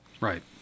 Right